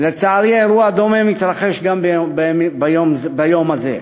ולצערי אירוע דומה מתרחש גם ביום הזה.